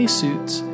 suits